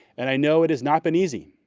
and i know it has not been easy.